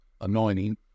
anointing